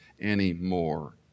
anymore